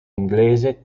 inglese